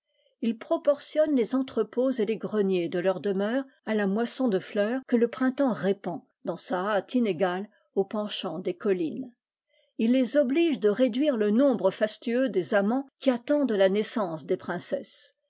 il proportionne les entrepôts et les greniers de leurs demeures à la moisson de fleurs que le printemps répand dans sa hâte inégale au penchant des collines il les oblige de réduire le nombre fastueux des amants qui attendent la naissance des princesses